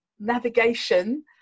navigation